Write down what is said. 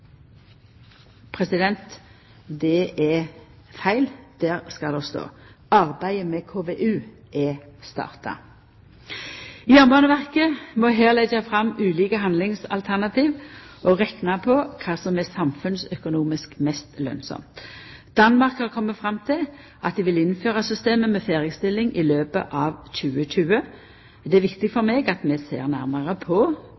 President, det er feil. Der skal det stå: Arbeidet med KVU er starta. Jernbaneverket må her leggja fram ulike handlingsalternativ og rekna på kva som er samfunnsøkonomisk mest lønnsamt. Danmark har kome fram til at dei vil innføra systemet med ferdigstilling i løpet av 2020. Det er viktig for meg at vi ser nærare på